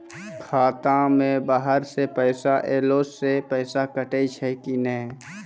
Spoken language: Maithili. खाता मे बाहर से पैसा ऐलो से पैसा कटै छै कि नै?